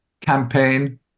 campaign